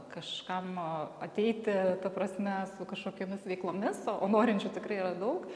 kažkam ateiti ta prasme su kažkokiomis veiklomis o norinčių tikrai yra daug